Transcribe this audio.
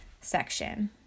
section